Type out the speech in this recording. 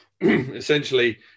essentially